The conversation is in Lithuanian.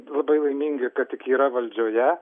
labai laimingi kad tik yra valdžioje